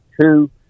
two